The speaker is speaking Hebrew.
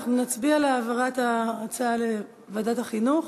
אנחנו נצביע על העברת ההצעה לוועדת החינוך.